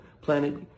planet